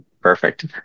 Perfect